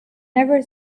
never